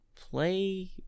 play